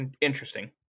Interesting